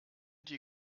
die